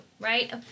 Right